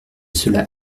cela